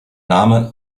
name